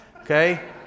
Okay